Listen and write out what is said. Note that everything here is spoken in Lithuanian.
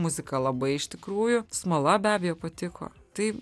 muzika labai iš tikrųjų smala be abejo patiko tai